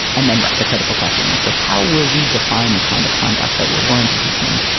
and then. right. the critical question like so how will we define the kind of conduct that will warrant impeachment?